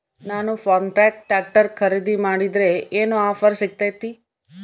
ನಾನು Farmtrac tractor ಖರೇದಿ ಮಾಡಿದ್ರೆ ಏನು ಆಫರ್ ಸಿಗ್ತೈತಿ?